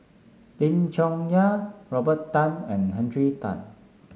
Lim Chong Yah Robert Tan and Henry Tan